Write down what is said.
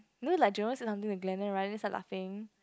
you know like jerome said something to glen and then Ryan start laughing